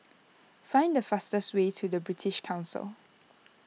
find the fastest way to British Council